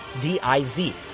D-I-Z